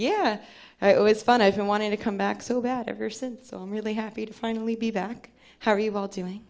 yeah i always fun i've been wanting to come back so bad ever since so i'm really happy to finally be back how are you all